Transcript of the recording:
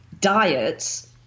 diets